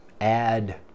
add